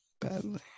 Badly